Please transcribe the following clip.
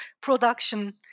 production